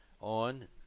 on